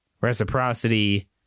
reciprocity